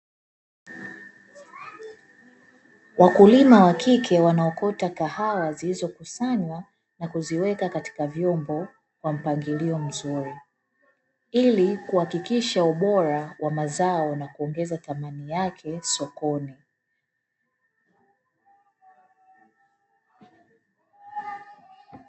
Wakulima wakike wanaokota kahawa zilizokusanywa na kuziweka katikka vyombo kwa mpangilio mzuri, ili kuhakikisha ubora wa mazao na kuongeza thamani yake sokoni.